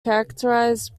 characterized